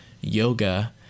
yoga